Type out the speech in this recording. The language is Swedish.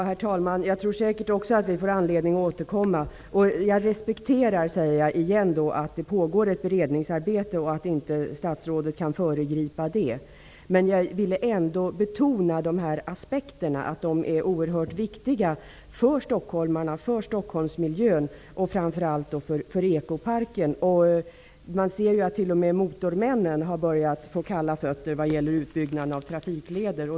Herr talman! Jag tror säkert att vi får anledning att återkomma. Jag upprepar att jag respekterar att statsrådet inte kan föregripa ett beredningsarbete som pågår. Men jag ville ändå betona att miljö och kostnadsaspekterna är oerhört viktiga för stockholmare och Stockholmsmiljön, framför allt för ekoparken. Man säger att t.o.m. Motormännen har börjat få kalla fötter vad gäller utbyggnaden av trafikleder.